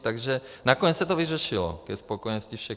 Takže nakonec se to vyřešilo ke spokojenosti všech.